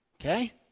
Okay